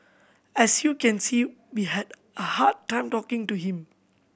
as you can see we had a hard time talking to him